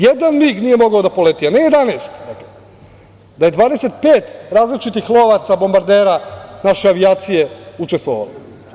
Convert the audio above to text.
Jedan MIG nije mogao da poleti, a ne 11, da je 25 različitih lovaca bombardera, naše avijacije učestvovalo.